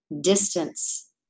distance